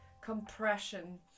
compression